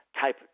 type